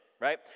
Right